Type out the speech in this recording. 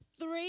three